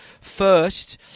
first